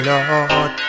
Lord